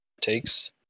takes